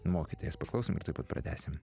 mokytojas paklauso ir tuoj pat pratęsim